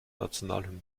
nationalhymne